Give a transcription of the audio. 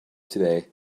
today